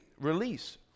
release